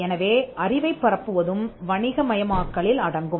எனவே அறிவைப் பரப்புவதும் வணிக மயமாக்கலில் அடங்கும்